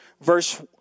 verse